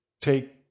take